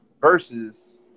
versus